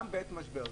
גם בעת משבר.